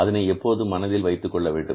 அதனை எப்போதும் மனதில் வைத்துக்கொள்ள வேண்டும்